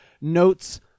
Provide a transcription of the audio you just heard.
notes